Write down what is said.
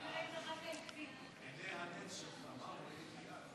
חוק הגנה על בריאות הציבור (מזון) (תיקון),